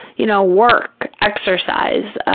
you know, work, exercise,